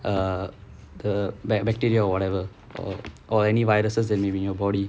err the bac~ bacteria or whatever or or any viruses that live in your body